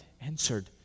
answered